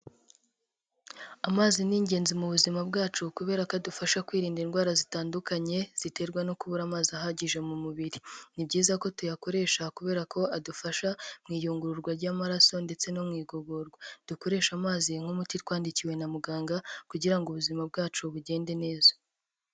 Amazi ni ingenzi mu buzima bwacu kubera ko adufasha kwirinda indwara zitandukanye, ziterwa no kubura amazi ahagije mu mubiri, ni byiza ko tuyakoresha kubera ko adufasha mu iyungururwa ry'amaraso ndetse no mu igogorwa. Dukoresha amazi nk'umuti twandikiwe na muganga kugira ngo ubuzima bwacu bugende neza.